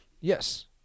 Yes